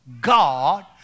God